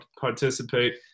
participate